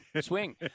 swing